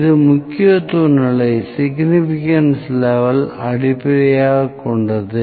இது முக்கியத்துவ நிலையை அடிப்படையாகக் கொண்டது